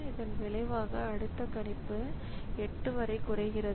இதன் விளைவாக அடுத்த கணிப்பு 8 வரை குறைகிறது